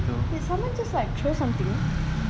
did someone just like throw something